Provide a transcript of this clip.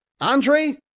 Andre